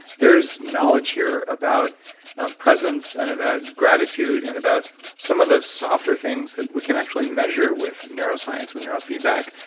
there's knowledge here about presence and about gratitude, and about some of the softer things that we can actually measure with neuroscience, with neuro feedback.